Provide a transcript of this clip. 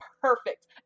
perfect